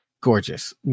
gorgeous